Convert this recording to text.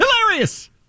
Hilarious